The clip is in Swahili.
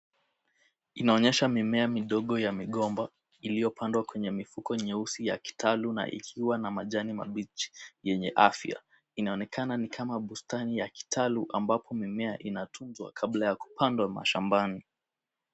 Inaonyesha mimea midogo ya migomba, iliopandwa kwenye mifuko nyeusi ya kitalu na ikiwa na majani mabichi yenye afya. Inaonekana ni kama bustani ya kitalu ambapo mimea inatunzwa kabla ya kupandwa mashambani.